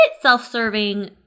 self-serving